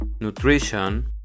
nutrition